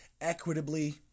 equitably